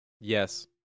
Yes